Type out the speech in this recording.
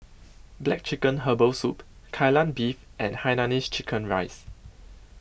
Black Chicken Herbal Soup Kai Lan Beef and Hainanese Chicken Rice